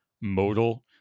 modal